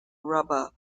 rubber